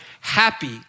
happy